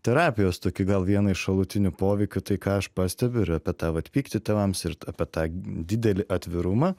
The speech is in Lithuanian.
terapijos tokį gal vieną iš šalutinių poveikių tai ką aš pastebiu ir apie tą vat pyktį tėvams ir apie tą didelį atvirumą